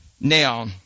Now